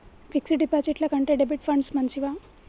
Fix డ్ డిపాజిట్ల కంటే డెబిట్ ఫండ్స్ మంచివా?